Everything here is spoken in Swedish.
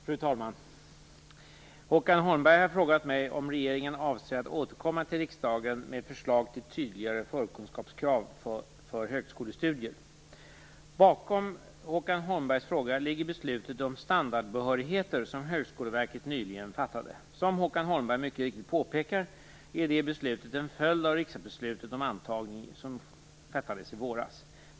Fru talman! Håkan Holmberg har frågat mig om regeringen avser att återkomma till riksdagen med förslag till tydligare förkunskapskrav för högskolestudier. Bakom Håkan Holmbergs fråga ligger beslutet om standardbehörigheter som Högskoleverket nyligen fattade. Som Håkan Holmberg mycket riktigt påpekar, är detta beslut en följd av riksdagsbeslutet om antagning som fattades i våras.